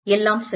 எல்லாம் சரி